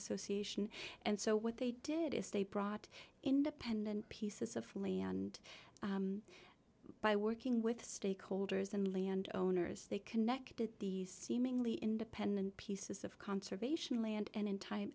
association and so what they did is they brought independent pieces of land by working with stakeholders and landowners they connected these seemingly independent pieces of conservation land and in time